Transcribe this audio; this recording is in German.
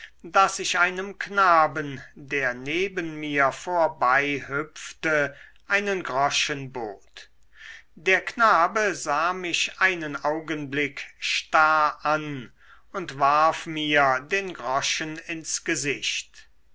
daß ich einem knaben der neben mir vorbei hüpfte einen groschen bot der knabe sah mich einen augenblick starr an und warf mir den groschen ins gesicht